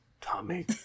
Tommy